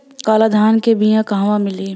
काला धान क बिया कहवा मिली?